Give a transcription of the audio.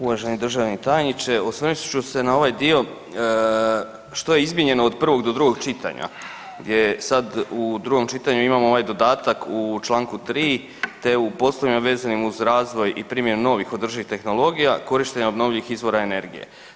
Uvaženi državni tajniče, osvrnut ću se na ovaj dio što je izmijenjeno od prvog do drugog čitanja gdje sad u drugom čitanju imamo ovaj dodatak u čl. 3 te u poslovima vezanim uz razvoj i primjenu novih održivih tehnologija, korištenja obnovljivih izvora energije.